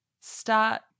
start